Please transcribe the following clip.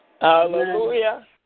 Hallelujah